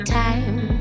time